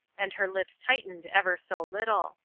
and her lips tightened ever so little.